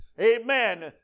Amen